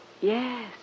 Yes